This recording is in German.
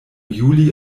juli